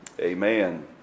Amen